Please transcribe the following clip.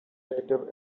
later